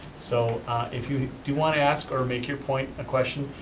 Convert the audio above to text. so if you do wanna ask or make your point, a question,